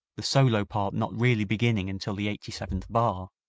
the solo part not really beginning until the eighty-seventh bar.